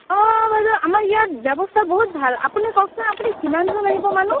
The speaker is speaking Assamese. অঁ বাইদেউ আমাৰ ইয়াত ব্যৱস্থা বহুত ভাল আপুনি কওকচোন আপুনি কিমানজন আহিব মানুহ